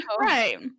Right